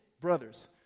brothers